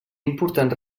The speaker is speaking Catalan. importants